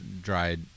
dried